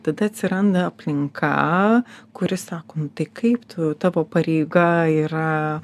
tada atsiranda aplinka kuri sako nu tai kaip tu tavo pareiga yra